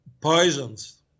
poisons